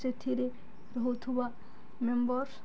ସେଥିରେ ରହୁଥିବା ମେମ୍ବର୍